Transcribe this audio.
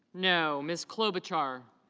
know. miss clover char